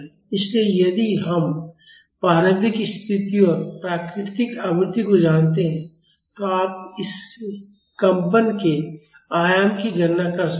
इसलिए यदि हम प्रारंभिक स्थितियों और प्राकृतिक आवृत्ति को जानते हैं तो आप इस कंपन के आयाम की गणना कर सकते हैं